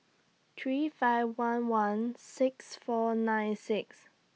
three five one one six four nine six